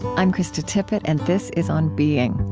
i'm krista tippett, and this is on being.